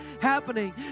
happening